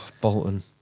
Bolton